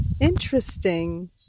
Interesting